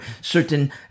certain